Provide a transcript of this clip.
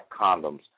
condoms